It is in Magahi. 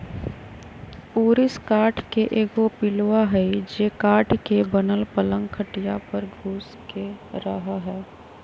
ऊरिस काठ के एगो पिलुआ हई जे काठ के बनल पलंग खटिया पर घुस के रहहै